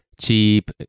Cheap